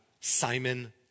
Simon